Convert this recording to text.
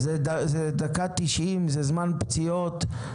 זה הדקה ה-90, זה זמן פציעות.